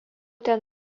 ten